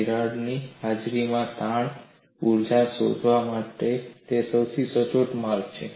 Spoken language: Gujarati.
તિરાડની હાજરીમાં તાણ ઊર્જા શોધવા માટે તે સૌથી સચોટ માર્ગ હશે